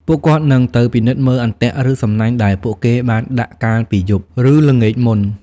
ពួកគាត់នឹងទៅពិនិត្យមើលអន្ទាក់ ឬសំណាញ់ដែលពួកគេបានដាក់កាលពីយប់ ឬល្ងាចមុន។